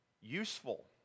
useful